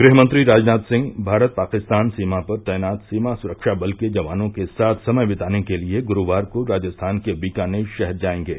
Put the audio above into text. गुहमंत्री राजनाथ सिंह भारत पाकिस्तान सीमा पर तैनात सीमा सुरक्षा बल के जवानों के साथ समय बिताने के लिए गुरूवार को राजस्थान के बीकानेर शहर जाएंगे